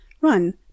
run